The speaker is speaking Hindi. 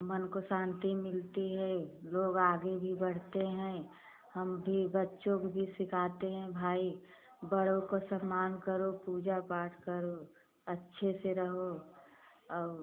मन को शांति मिलती है लोग आगे भी बढ़ते हैं हम भी बच्चों के भी सिखाते हैं भाई बड़ों को सम्मान करो पूजा पाठ करो अच्छे से रहो और